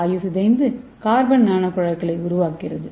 வாயு சிதைந்து கார்பன் நானோகுழாய்களை உருவாக்குகிறது